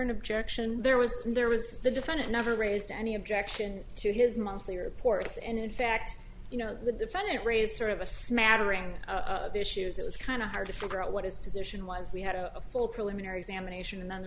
an objection there was there was the defendant never raised any objection to his monthly reports and in fact you know the defendant raise sort of a smattering of issues it was kind of hard to figure out what his position was we had a full preliminary examination and the